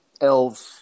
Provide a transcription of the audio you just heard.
Elves